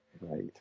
Right